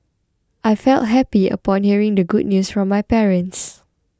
I felt happy upon hearing the good news from my parents